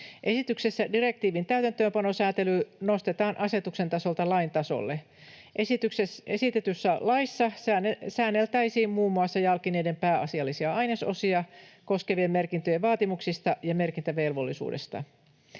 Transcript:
Esityksessä direktiivin täytäntöönpanosäätely nostetaan asetuksen tasolta lain tasolle. Esitetyssä laissa säänneltäisiin muun muassa jalkineiden pääasiallisia ainesosia koskevien merkintöjen vaatimuksista ja merkintävelvollisuudesta.